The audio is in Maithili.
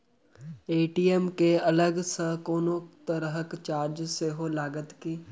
ए.टी.एम केँ अलग सँ कोनो तरहक चार्ज सेहो लागत की?